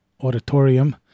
auditorium